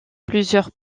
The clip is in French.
plusieurs